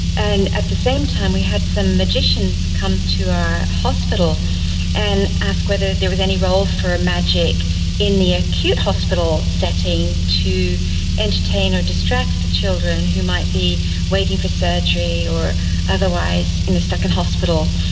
and at the same time we had some magicians come to our hospital and ask whether there was any role for magic in the acute hospital setting to entertain or distract the children who might be waiting for surgery or otherwise stuck in hospital,